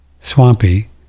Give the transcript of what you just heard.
swampy